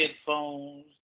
headphones